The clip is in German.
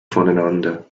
voneinander